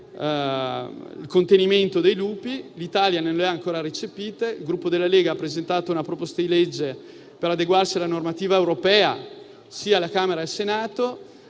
del numero dei lupi, ma l'Italia non le ha ancora recepite. Il Gruppo Lega ha presentato una proposta di legge per adeguarsi alla normativa europea sia alla Camera che al Senato;